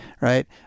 right